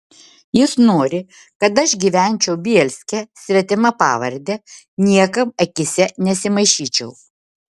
jis nori kad aš gyvenčiau bielske svetima pavarde niekam akyse nesimaišyčiau